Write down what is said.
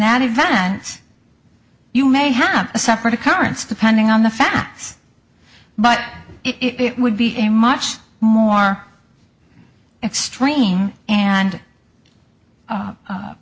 that event you may have a separate occurrence depending on the facts but it would be a much more extreme and a